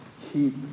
Keep